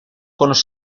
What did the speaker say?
conos